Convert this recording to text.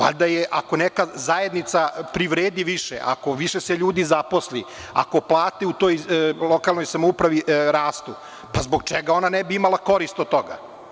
Ako neka zajednica privredi više, ako se više ljudi zaposli, ako plate u toj lokalnoj samoupravi rastu, zbog čega ona ne bi imala korist od toga?